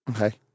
Okay